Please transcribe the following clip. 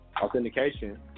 Authentication